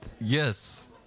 Yes